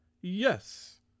Yes